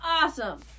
Awesome